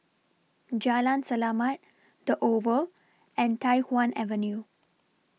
Jalan Selamat The Oval and Tai Hwan Avenue